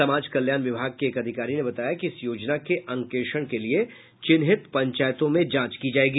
समाज कल्याण विभाग के एक अधिकारी ने बताया कि इस योजना के अंकेक्षण के लिए चिन्हित पंचायतों में जांच की जायेगी